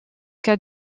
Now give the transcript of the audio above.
cas